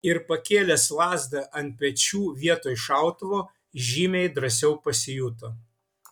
ir pakėlęs lazdą ant pečių vietoj šautuvo žymiai drąsiau pasijuto